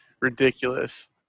ridiculous